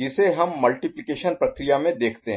जिसे हम मल्टिप्लिकेशन प्रक्रिया में देखते हैं